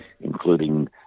Including